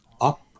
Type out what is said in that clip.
up